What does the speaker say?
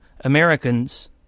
Americans